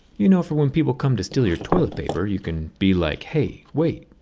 you know, for when people come to steal your toilet paper you can be like, hey, wait!